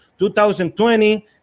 2020